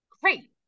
great